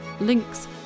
links